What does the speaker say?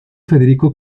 federico